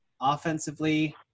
Offensively